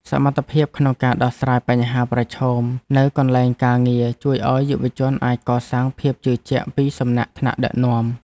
សមត្ថភាពក្នុងការដោះស្រាយបញ្ហាប្រឈមនៅកន្លែងការងារជួយឱ្យយុវជនអាចកសាងភាពជឿជាក់ពីសំណាក់ថ្នាក់ដឹកនាំ។